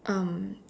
um